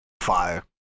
Fire